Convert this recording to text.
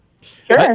Sure